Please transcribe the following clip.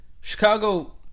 Chicago